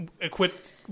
Equipped